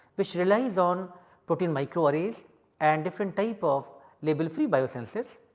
which relies on protein microarrays and different type of label free bio sensors.